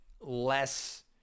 less